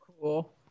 Cool